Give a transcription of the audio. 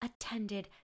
attended